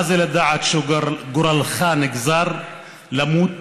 מה זה לדעת שגורלך נגזר למות